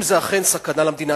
אם זה אכן סכנה למדינה,